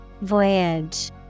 Voyage